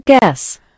guess